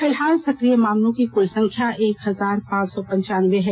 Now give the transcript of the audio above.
फिलहाल सक्रिय मामलों की कुल संख्या एक हजार पांच सौ पंचानबे है